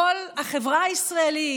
כל החברה הישראלית